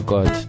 God